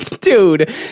Dude